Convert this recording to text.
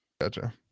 Gotcha